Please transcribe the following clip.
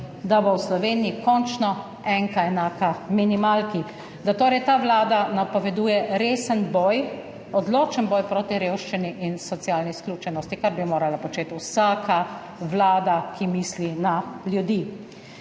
da bo v Sloveniji končno enka enaka minimalki, da torej ta vlada napoveduje resen boj, odločen boj proti revščini in socialni izključenosti, kar bi morala početi vsaka vlada, ki misli na ljudi.